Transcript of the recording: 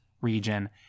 region